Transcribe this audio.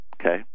okay